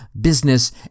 business